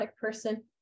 person